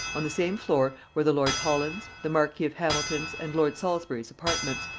on the same floor were the lord holland's, the marquis of hamilton's, and lord salisbury's apartments,